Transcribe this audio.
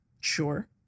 Sure